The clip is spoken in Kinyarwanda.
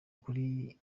kuri